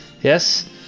Yes